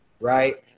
right